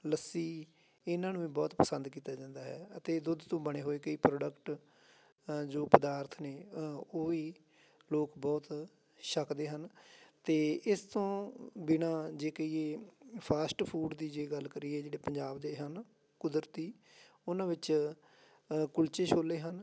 ਲੱਸੀ ਇਹਨਾਂ ਨੂੰ ਵੀ ਬਹੁਤ ਪਸੰਦ ਕੀਤਾ ਜਾਂਦਾ ਹੈ ਅਤੇ ਦੁੱਧ ਤੋਂ ਬਣੇ ਹੋਏ ਕਈ ਪ੍ਰੋਡਕਟ ਜੋ ਪਦਾਰਥ ਨੇ ਉਹ ਵੀ ਲੋਕ ਬਹੁਤ ਛਕਦੇ ਹਨ ਅਤੇ ਇਸ ਤੋਂ ਬਿਨਾਂ ਜੇ ਕਹੀਏ ਫਾਸਟ ਫੂਡ ਦੀ ਜੇ ਗੱਲ ਕਰੀਏ ਜਿਹੜੇ ਪੰਜਾਬ ਦੇ ਹਨ ਕੁਦਰਤੀ ਉਹਨਾਂ ਵਿੱਚ ਅ ਕੁਲਚੇ ਛੋਲੇ ਹਨ